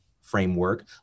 framework